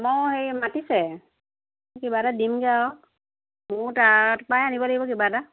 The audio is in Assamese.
মই হেৰি মাতিছে কিবা এটা দিমগৈ আৰু মোৰ তাত পাই আনিব লাগিব কিবা এটা